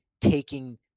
taking